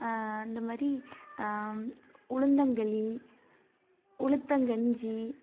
அந்த மாதிரி உளுந்தங்களி உளுத்தங்க கஞ்சி